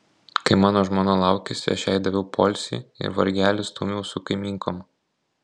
kai mano žmona laukėsi aš jai daviau poilsį ir vargelį stūmiau su kaimynkom